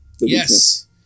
Yes